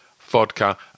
vodka